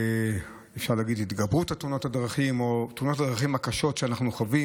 אפשר להגיד התגברות תאונות הדרכים או תאונות הדרכים הקשות שאנחנו חווים.